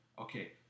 okay